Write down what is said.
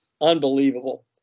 Unbelievable